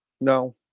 No